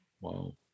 Wow